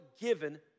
given